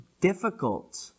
difficult